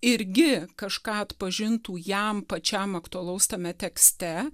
irgi kažką atpažintų jam pačiam aktualaus tame tekste